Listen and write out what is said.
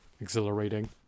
exhilarating